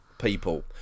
People